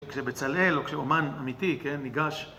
כשבצלאל או כשאומן אמיתי, כן, ניגש...